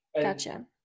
gotcha